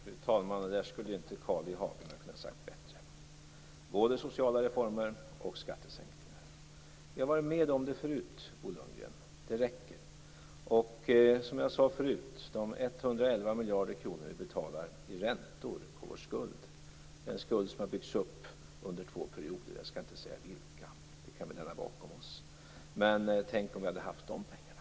Fru talman! Det där skulle inte Carl I Hagen ha kunnat säga bättre. Bo Lundgren vill ha både sociala reformer och skattesänkningar! Vi har varit med om det förut, och det räcker. Som jag sade tidigare betalar vi 111 miljarder kronor i räntor på vår skuld, en skuld som har byggts upp under två regeringsperioder - jag skall inte säga vilka, det kan vi lämna bakom oss. Men tänk om vi hade haft dessa pengar!